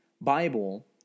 Bible